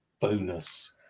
bonus